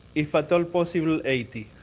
if at all possible, eighty.